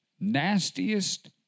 nastiest